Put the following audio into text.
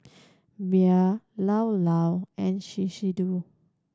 Bia Llao Llao and Shiseido